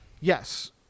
Yes